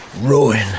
ruin